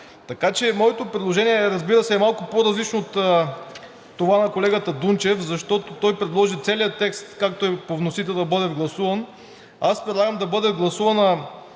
Моето предложение е малко по-различно от това на колегата Дунчев, защото той предложи целият текст, както е по вносител, да бъде гласуван, а аз предлагам да бъде гласувана